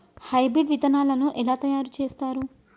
Hybrid విత్తనాలను ఎలా తయారు చేస్తారు?